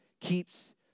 keeps